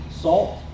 salt